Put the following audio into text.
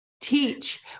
Teach